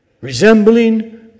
resembling